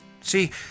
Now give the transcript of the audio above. See